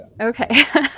okay